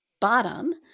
bottom